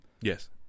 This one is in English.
Yes